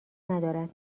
ندارد